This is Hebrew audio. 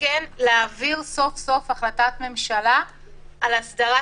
וכן להעביר סוף סוף החלטת ממשלה על הסדרת